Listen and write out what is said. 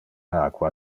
aqua